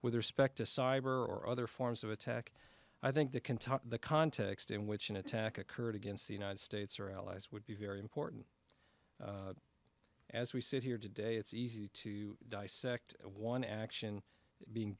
with respect to cyber or other forms of attack i think that can talk in the context in which an attack occurred against the united states or our allies would be very important as we sit here today it's easy to dissect one action being